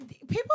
People